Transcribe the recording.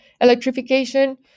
electrification